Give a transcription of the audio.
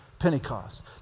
Pentecost